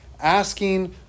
asking